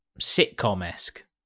sitcom-esque